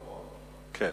לא, אז הוא אחרון?